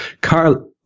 Carl